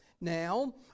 Now